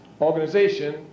Organization